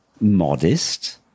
modest